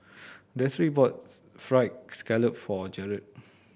Destry bought Fried Scallop for Jaron